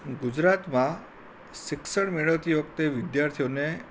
ગુજરાતમાં શિક્ષણ મેળવતી વખતે વિદ્યાર્થીઓને